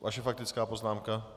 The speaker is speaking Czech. Vaše faktická poznámka.